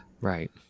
Right